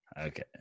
okay